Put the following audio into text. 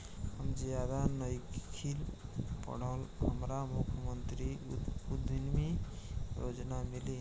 हम ज्यादा नइखिल पढ़ल हमरा मुख्यमंत्री उद्यमी योजना मिली?